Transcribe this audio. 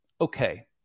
Okay